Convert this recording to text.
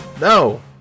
No